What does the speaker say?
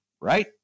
right